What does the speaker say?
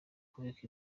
kubika